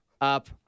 Up